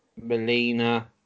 Melina